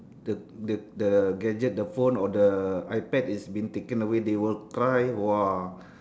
the the the gadget the phone or the iPad is been taken away they will cry !wah!